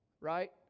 Right